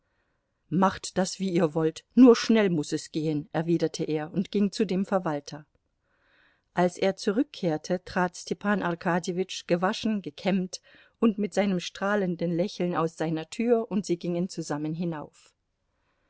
macht das wie ihr wollt nur schnell muß es gehen erwiderte er und ging zu dem verwalter als er zurückkehrte trat stepan arkadjewitsch gewaschen gekämmt und mit einem strahlenden lächeln aus seiner tür und sie gingen zusammen hinauf